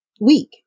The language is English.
week